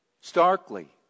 starkly